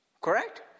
Correct